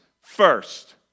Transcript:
First